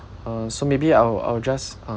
uh so maybe I'll I'll just um